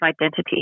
identity